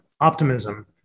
optimism